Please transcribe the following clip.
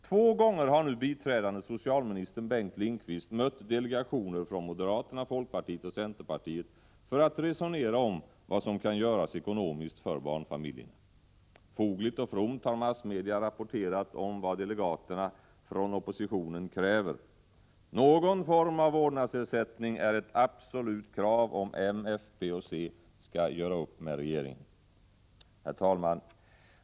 Två gånger har nu biträdande socialminister Bengt Lindqvist mött delegationer från moderaterna, folkpartiet och centerpartiet för att resonera om vad som ekonomiskt kan göras för barnfamiljerna. Fogligt och fromt har massmedia rapporterat om vad delegaterna från oppositionen kräver; någon form av vårdnadsersättning är ett absolut krav om moderaterna, folkpartiet och centern skall göra upp med regeringen. Herr talman!